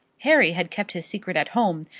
harry had kept his secret at home,